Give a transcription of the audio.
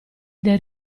dai